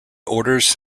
orders